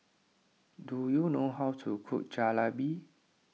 do you know how to cook Jalebi